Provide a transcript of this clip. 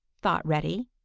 thought reddy.